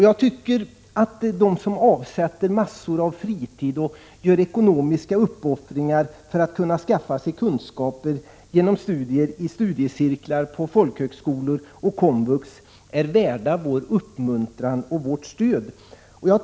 Jag tycker att de som avsätter en stor del av sin fritid och gör ekonomiska uppoffringar för att kunna skaffa sig kunskaper genom studier i studiecirklar, på folkhögskolor och inom komvux är värda vår uppmuntran och vårt stöd.